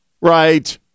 right